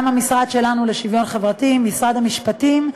גם המשרד שלנו לשוויון חברתי, משרד המשפטים,